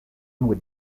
with